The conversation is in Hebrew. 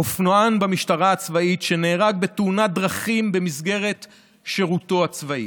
אופנוען במשטרה הצבאית שנהרג בתאונת דרכים במסגרת שירותו הצבאי.